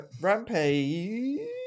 Rampage